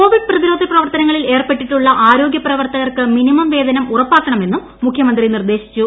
Covid പ്രതിരോധപ്രവർത്തനങ്ങളിൽ ഏർപ്പെട്ടിട്ടുള്ള ആരോഗ്യ പ്രവർത്തകർക്ക് മിനിമം വേതനം ഉറപ്പാക്കണമെന്നും മുഖ്യമന്ത്രി നിർദ്ദേശിച്ചു